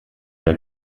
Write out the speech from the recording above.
der